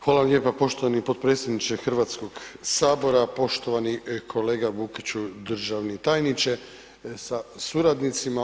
Hvala lijepa poštovani potpredsjedniče HS, poštovani kolega Vukiću, državni tajniče sa suradnicima.